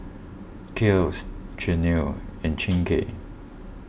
Kiehl's Chanel and Chingay